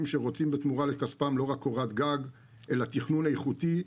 שרוצים בתמורה לכספם לא רק קורת גג אלא תכנון איכותי,